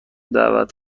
دعوت